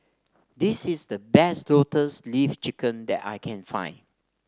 this is the best Lotus Leaf Chicken that I can find